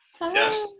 Yes